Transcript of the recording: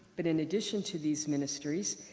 but in addition to these ministries,